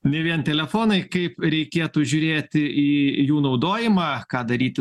ne vien telefonai kaip reikėtų žiūrėti į jų naudojimą ką daryti